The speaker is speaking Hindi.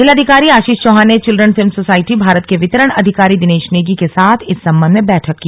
जिलाधिकारी आशीष चौहान ने चिल्ड्रन फिल्म सोसायटी भारत के वितरण अधिकारी दिनेश नेगी के साथ इस संबंध में बैठक की